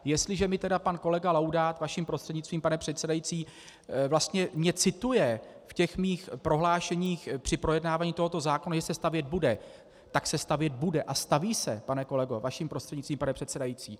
Jestliže mě tedy pan kolega Laudát, vaším prostřednictvím, pane předsedající, cituje v mých prohlášeních při projednávání tohoto zákona, že se stavět bude, tak se stavět bude a staví se, pane kolego, vaším prostřednictvím, pane předsedající.